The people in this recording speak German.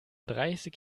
dreißig